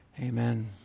amen